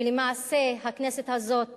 ולמעשה, הכנסת הזאת